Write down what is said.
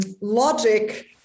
logic